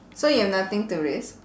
so you have nothing to risk